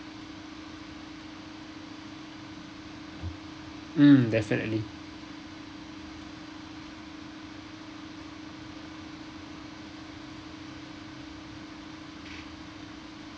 mm definitely